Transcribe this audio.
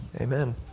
Amen